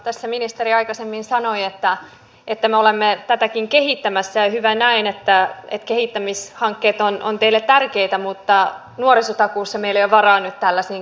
tässä ministeri jo aikaisemmin sanoi että me olemme tätäkin kehittämässä ja hyvä näin että kehittämishankkeet ovat teille tärkeitä mutta nuorisotakuussa meillä ei ole varaa nyt tällaisiin kehittämishankkeisiin